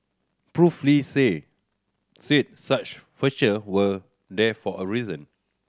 Prof Lee say said such feature were there for a reason